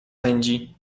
pędzi